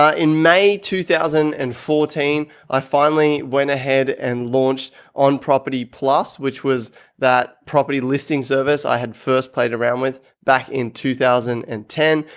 in may two thousand and fourteen, i finally went ahead and launched on property plus, which was that property listing service i had first played around with back in two thousand and ten.